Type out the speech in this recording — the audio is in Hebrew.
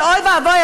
שאוי ואבוי,